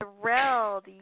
thrilled